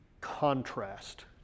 contrast